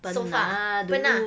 so far pernah